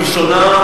כלשונה,